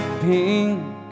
pink